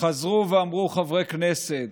חזרו ואמרו חברי כנסת,